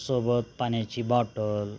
सोबत पाण्याची बॉटल